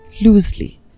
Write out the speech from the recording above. loosely